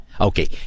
Okay